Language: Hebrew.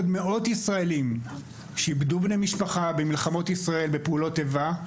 עוד מאות ישראלים שאיבדו בני משפחה במלחמות ישראל ובפעולות איבה,